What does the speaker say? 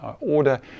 Order